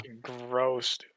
gross